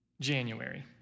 January